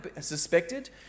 suspected